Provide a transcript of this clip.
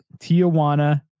tijuana